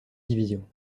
division